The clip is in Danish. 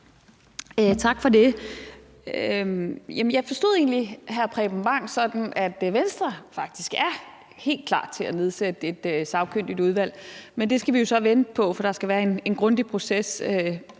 Bang Henriksen sådan, at Venstre faktisk er helt klar til at nedsætte et sagkyndigt udvalg, men det skal vi så vente på, for der skal være en grundig proces